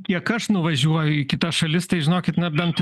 kiek aš nuvažiuoju į kitas šalis tai žinokit nebent